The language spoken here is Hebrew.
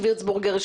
יוסי וירצבורגר,